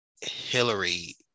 Hillary